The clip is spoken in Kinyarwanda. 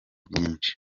byinshi